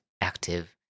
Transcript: active